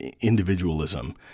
individualism